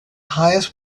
highest